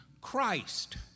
Christ